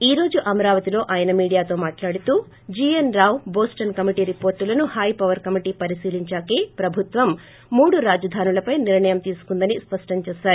ఈ రోజు అమరావతి లో అయన మీడియాతో మాట్లాడుతూ జీఎన్ రావుబోస్లన్ కమిటీ రిపోర్లులను హైపవర్ కమిటీ పరిశీలించాకే ప్రభుత్వం మూడు రాజధానులపై నిర్ణయం తీసుకుందని స్పష్టం చేశారు